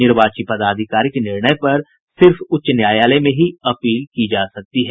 निर्वाची पदाधिकारी के निर्णय पर सिर्फ उच्च न्यायालय में ही अपील की जा सकती है